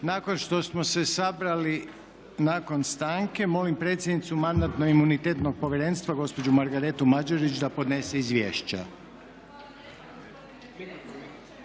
Sada idemo na sljedeći. Molim predsjednicu Mandatno-imunitetnog povjerenstva, gospođu Margaretu Mađerić da podnese izvješće